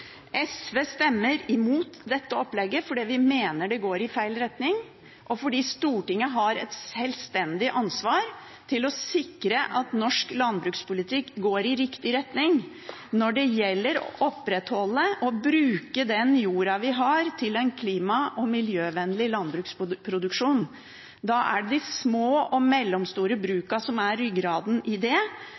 fordi Stortinget har et sjølstendig ansvar for å sikre at norsk landbrukspolitikk går i riktig retning. Når det gjelder å opprettholde og bruke den jorda vi har, i en klima- og miljøvennlig landbruksproduksjon, er det de små og mellomstore brukene som er ryggraden. Dette jordbruksoppgjøret, som det forrige, går i feil retning. Da kan ikke SV støtte det. Representanten Karin Andersen har tatt opp de forslagene hun refererte til. Det